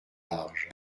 large